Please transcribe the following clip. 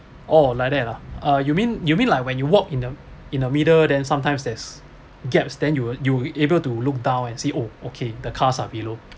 oh like that ah uh you mean you mean like when you walk in the in the middle then sometimes that's gaps then you will you will able to look down and see oh okay the cars are below